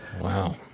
Wow